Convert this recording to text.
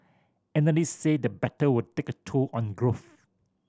analysts say the battle will take a toll on growth